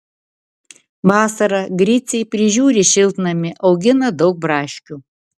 vasarą griciai prižiūri šiltnamį augina daug braškių